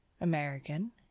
American